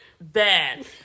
bad